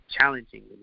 challenging